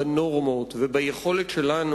בנורמות וביכולת שלנו,